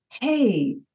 hey